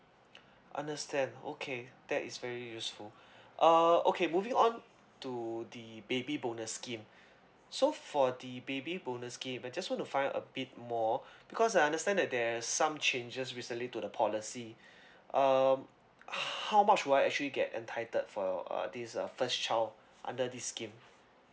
understand okay that is very useful uh okay moving on to the baby bonus scheme so for the baby bonus scheme I just want to find out a bit more because I understand that there're some changes recently to the policy um how much would I actually get entitled for uh this uh first child under this scheme